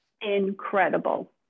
incredible